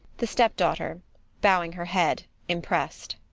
the step-daughter bowing her head, impressed.